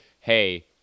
Hey